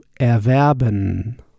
erwerben